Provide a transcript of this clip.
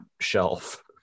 shelf